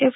F